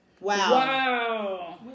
Wow